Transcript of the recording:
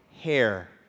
hair